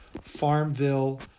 Farmville